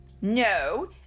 No